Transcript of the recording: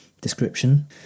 description